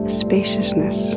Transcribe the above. spaciousness